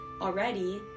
already